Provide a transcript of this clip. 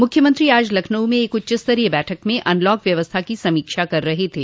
मुख्यमंत्री आज लखनऊ में एक उच्चस्तरीय बैठक में अनलॉक व्यवस्था की समीक्षा कर रहे थे